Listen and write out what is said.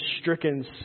stricken